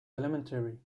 elementary